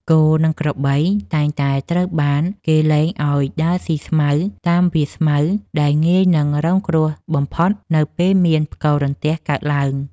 គោ និងក្របីតែងតែត្រូវបានគេលែងឱ្យដើរស៊ីស្មៅតាមវាលស្មៅដែលងាយនឹងរងគ្រោះបំផុតនៅពេលមានផ្គររន្ទះកើតឡើង។